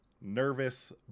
Nervous